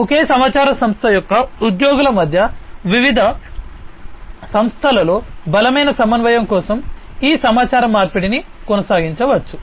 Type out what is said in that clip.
ఒకే సమాచార సంస్థ యొక్క ఉద్యోగుల మధ్య లేదా వివిధ సంస్థలలో బలమైన సమన్వయం కోసం ఈ సమాచార మార్పిడిని కొనసాగించవచ్చు